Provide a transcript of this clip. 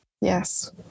Yes